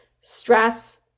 stress